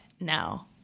now